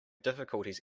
difficulties